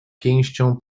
pięścią